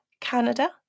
Canada